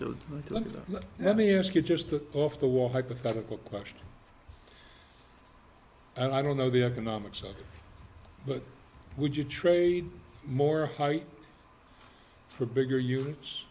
to look at them let me ask you just took off the wall hypothetical question i don't know the economics of it but would you trade more height for bigger units